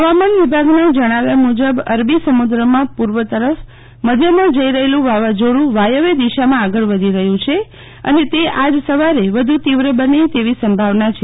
હવામાન વિભાગના જણાવ્યા મુજબ અરબી સમુક્રમાં પૂર્વ તરફ મધ્યમાં જઇ રહેલું વાવાઝોડું વાયવ્ય દિશામાં આગળ વધી રહ્યું છે અને તે સવારે વધુ તીવ્ર બની તેવી સંભાવના છે